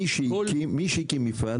מי שהקים מפעל